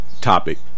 topic